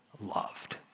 loved